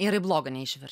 ir į bloga neišvirs